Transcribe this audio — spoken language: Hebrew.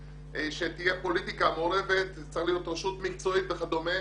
שתהיה פוליטיקה מעורבת אלא זאת צריכה להיות רשות מקצועית וכדומה.